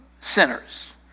sinners